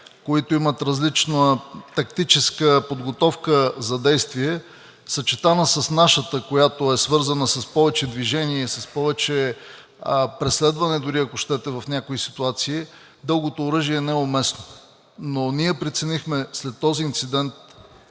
които имат различна тактическа подготовка за действие, съчетана с нашата, която е свързана с повече движение и с повече преследване, дори, ако щете, в някои ситуации дългото оръжие не е уместно. Но ние преценихме след този инцидент,